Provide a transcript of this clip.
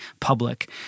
public